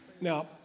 Now